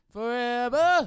Forever